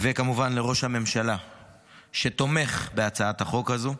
וכמובן לראש הממשלה שתומך בהצעת החוק הזו.